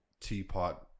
teapot